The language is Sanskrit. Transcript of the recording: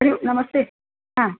हरिः ओं नमस्ते हा